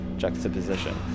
juxtaposition